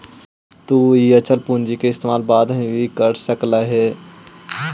तु इ अचल पूंजी के इस्तेमाल बाद में भी कर सकऽ हे